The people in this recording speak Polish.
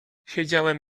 siedziałem